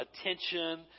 attention